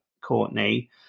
Courtney